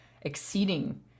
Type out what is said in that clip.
exceeding